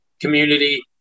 community